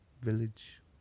village